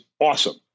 awesome